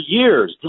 years